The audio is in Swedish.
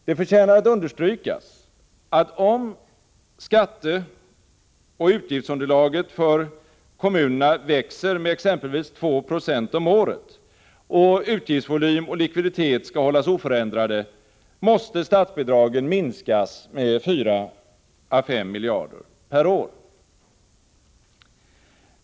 Det förtjänar att understrykas att om skatteoch avgiftsunderlaget för kommunerna växer med exempelvis 2 26 om året och utgiftsvolym och likviditet skall hållas oförändrade, måste statsbidragen minskas med 4-5 miljarder per år.